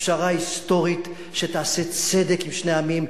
פשרה היסטורית שתעשה צדק עם שני העמים.